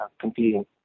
competing